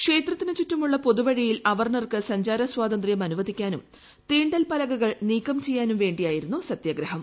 ക്ഷേത്രത്തിൽ ചുറ്റുമുള്ള പൊതുവഴിയിൽ അവർണ്ണർക്ക് സഞ്ചാര സ്വാതന്ത്ര്യം ആനുവദീക്കാനും തീണ്ടൽ പലകകൾ നീക്കം ചെയ്യാനും വേണ്ടിയായിരുന്നു സത്യാഗ്രീഹം